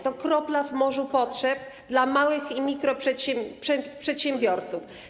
To kropla w morzu potrzeb dla małych i mikroprzedsiębiorców.